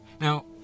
Now